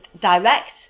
direct